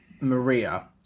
maria